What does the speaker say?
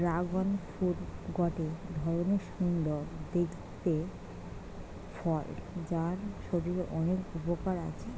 dragon fruit গটে ধরণের সুন্দর দেখতে ফল যার শরীরের অনেক উপকার আছে